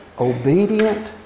Obedient